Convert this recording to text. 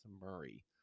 Murray